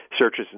searches